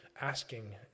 asking